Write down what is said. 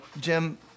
Jim